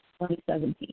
2017